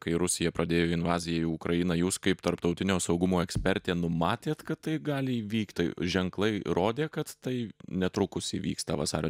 kai rusija pradėjo invaziją į ukrainą jūs kaip tarptautinio saugumo ekspertė numatėt kad tai gali įvykti ženklai rodė kad tai netrukus įvyks ta vasario